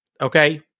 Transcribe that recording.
Okay